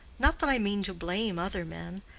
not that i mean to blame other men.